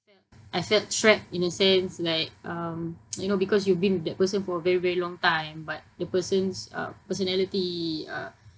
I felt trapped in a sense like um you know because you've been with that person for a very very long time but the person's uh personality uh